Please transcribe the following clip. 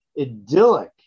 idyllic